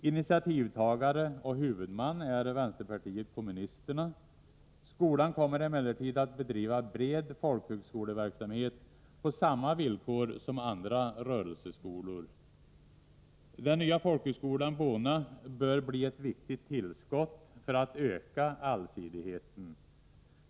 Initiativtagare och huvudman är vänsterpartiet kommunisterna. Skolan kommer emellertid att bedriva bred folkhögskoleverksamhet på samma villkor som andra rörelseskolor. Den nya folkhögskolan Bona bör bli ett viktigt tillskott för att öka allsidigheten.